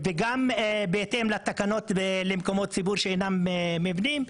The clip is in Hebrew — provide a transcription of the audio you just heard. וגם בהתאם לתקנות למקומות ציבור שאינם מבנים,